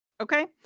Okay